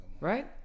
right